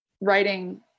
writing